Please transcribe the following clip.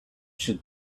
should